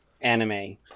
anime